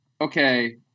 Okay